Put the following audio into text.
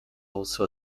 also